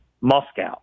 Moscow